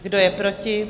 Kdo je proti?